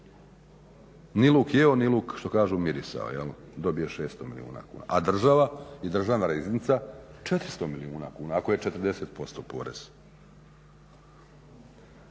ni luk jeo, ni luk kao što kažu mirisao, dobio 600 milijuna kuna, a država i država riznica 400 milijuna kuna ako je 40% porez.